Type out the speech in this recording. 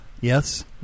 Yes